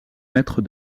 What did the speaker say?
maître